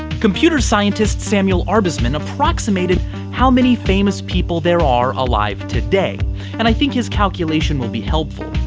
computer scientist samuel arbesman approximated how many famous people there are alive today and i think his calculation will be helpful.